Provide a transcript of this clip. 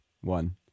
one